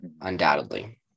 undoubtedly